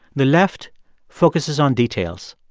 the left focuses on details.